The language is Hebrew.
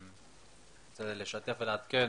לשתף ולעדכן